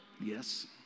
yes